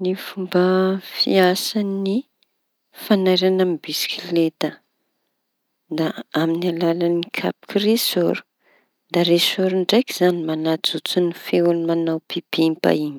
Ny fomba fiasañy fañairana amy bisikilety da amin'ny alalañy kapoky resôro da resôro ndraiky zañy mañajotso feoñy mañao pipimpa iñy.